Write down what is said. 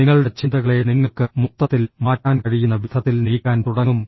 നിങ്ങളുടെ ചിന്തകളെ നിങ്ങൾക്ക് മൊത്തത്തിൽ മാറ്റാൻ കഴിയുന്ന വിധത്തിൽ നീക്കാൻ തുടങ്ങും